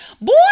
Boy